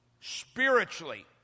spiritually